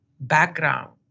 background